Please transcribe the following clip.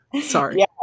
sorry